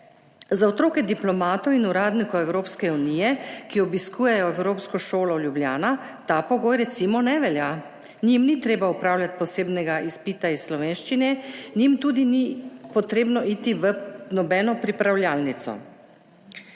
Za otroke diplomatov in uradnikov Evropske unije, ki obiskujejo Evropsko šolo Ljubljana, ta pogoj, recimo, ne velja. Njim ni treba opravljati posebnega izpita iz slovenščine, njim tudi ni potrebno iti v nobeno pripravljalnico.